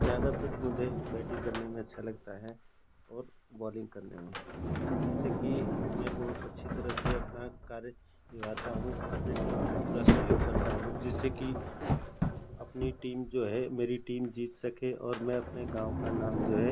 ज़्यादातर मुझे बैटिंग करने में अच्छा लगता है और बॉलिंग करने में जिससे कि मैं बहुत अच्छी तरह से अपना कार्य निभाता हूँ अपने टीम को पूरा सहयोग करता हूँ जिससे कि अपनी टीम जो है मेरी टीम जीत सके और मैं गाँव का नाम जो है